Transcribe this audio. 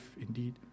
indeed